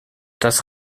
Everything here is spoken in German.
das